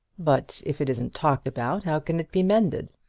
but if it isn't talked about, how can it be mended?